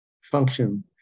function